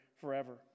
forever